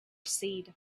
seed